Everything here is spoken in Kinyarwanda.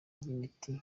ry’imiti